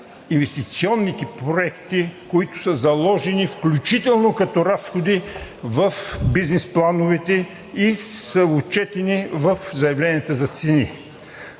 инвестиционните проекти, които са заложени, включително като разходи в бизнес плановете и са отчетени в заявленията за цени.